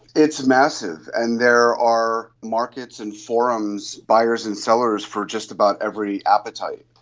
it's massive, and there are markets and forums, buyers and sellers for just about every appetite.